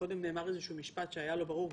וקודם נאמר איזשהו משפט שהיה לא ברור,